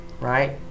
right